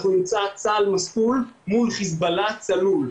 אנחנו נמצא צה"ל מסטול מול חיזבאללה צלול.